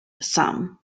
some